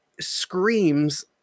screams